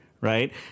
right